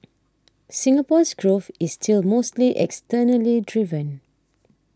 Singapore's growth is still mostly externally driven